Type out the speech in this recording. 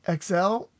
xl